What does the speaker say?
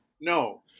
No